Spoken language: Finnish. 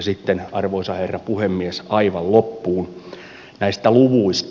sitten arvoisa herra puhemies aivan loppuun näistä luvuista